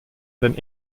den